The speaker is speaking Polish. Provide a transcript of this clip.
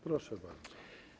Proszę bardzo.